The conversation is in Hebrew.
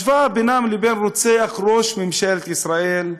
השוואה בינם לבין רוצח ראש ממשלת ישראל,